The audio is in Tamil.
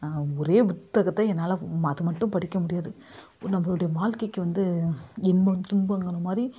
நான் ஒரே புத்தகத்தை என்னால் அது மட்டும் படிக்க முடியாது நம்மளுடைய வாழ்க்கைக்கு வந்து இன்பம் துன்பங்கிற மாதிரி